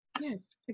Yes